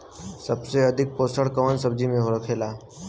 सबसे अधिक पोषण कवन सब्जी में होखेला?